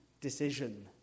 decision